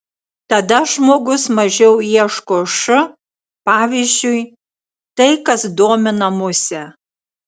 tada žmogus mažiau ieško š pavyzdžiui tai kas domina musę